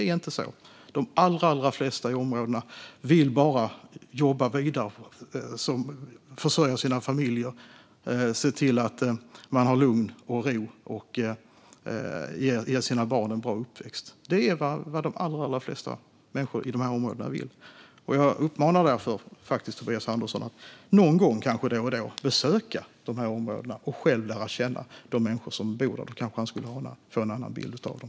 De allra, allra flesta i dessa områden vill bara jobba, försörja sina familjer, se till att de har lugn och ro och ge sina barn en bra uppväxt. Det är vad de allra flesta människorna i de här områdena vill. Jag uppmanar därför faktiskt Tobias Andersson att då och då besöka dessa områden och själv lära känna de människor som bor där. Då kanske han skulle få en annan bild av dem.